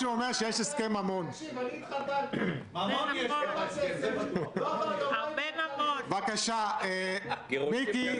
לעסקים קטנים שרוצים לדחות תשלומי הלוואות עד חצי שנה שהבנק יהיה